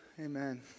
Amen